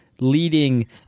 leading